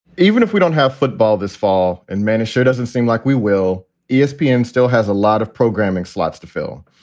even if we don't have football this fall and manisha, it doesn't seem like we will. espn still has a lot of programming slots to fill.